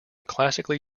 classically